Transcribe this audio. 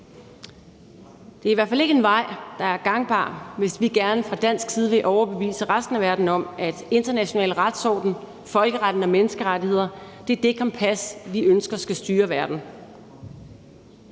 Det er i hvert fald ikke en vej, der er gangbar, hvis vi gerne fra dansk side vil overbevise resten af verden om, at international retsorden, folkeretten og menneskerettigheder er det kompas, vi ønsker verden skal styre efter.